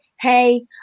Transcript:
hey